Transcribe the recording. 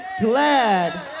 glad